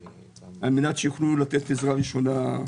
על-מנת שיוכלו לתת עזרה ראשונה.